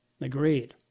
Agreed